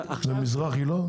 מזרחי לא?